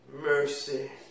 mercy